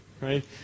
right